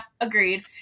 Agreed